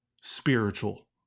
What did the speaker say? spiritual